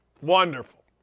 Wonderful